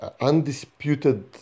undisputed